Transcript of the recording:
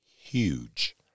huge